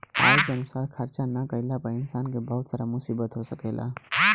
आय के अनुसार खर्चा ना कईला पर इंसान के बहुत सारा मुसीबत हो सकेला